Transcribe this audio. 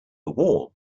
wall